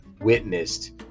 witnessed